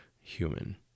human